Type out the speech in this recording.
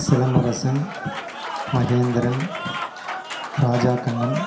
Silambarasan Mahendran Raja Kannan